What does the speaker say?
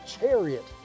chariot